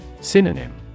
Synonym